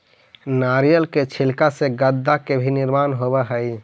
नारियर के छिलका से गद्दा के भी निर्माण होवऽ हई